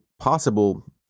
possible